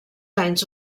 anys